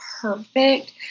perfect